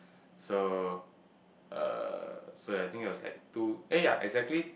so uh so I think it was like two eh ya exactly